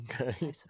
Okay